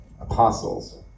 apostles